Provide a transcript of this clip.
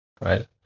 right